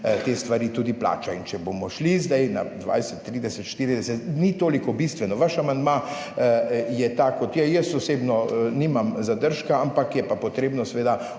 te stvari tudi plača. In če bomo šli zdaj na 20, 30, 40 ni toliko bistveno. Vaš amandma je tak kot je. Jaz osebno nimam zadržka ampak je pa potrebno, seveda,